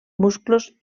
musclos